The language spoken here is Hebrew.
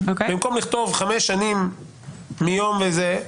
במקום לכתוב חמש מיום זה וזה,